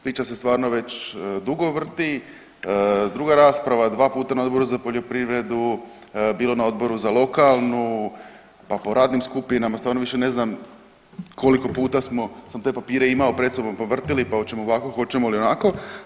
Priča se stvarno već dugo vrti, druga rasprava dva puta na Odboru za poljoprivredu, bilo na Odboru za lokalnu, pa po radnim skupinama stvarno više ne znam koliko puta sam te papire imao pred sobom pa vrtili, pa hoćemo li ovako, hoćemo li onako.